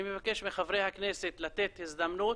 אני מבקש מחברי הכנסת, לתת הזדמנות